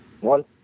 one